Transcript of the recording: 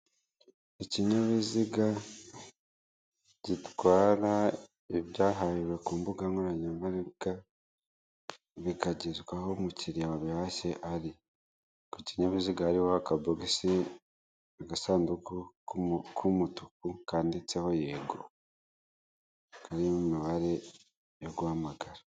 Ikinyabiziga gitwara ibyahariwe ku mbuga nkoranyambaga bikagezwa aho umukiya wabihashye ari kukinyabiziga hariho akabobisi agasanduku k'umutuku kanditseho yego kariho imibare yo guhamagara.